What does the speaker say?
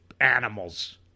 animals